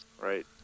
right